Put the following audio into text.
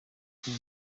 agira